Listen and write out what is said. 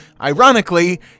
ironically